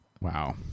Wow